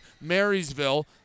Marysville